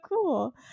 cool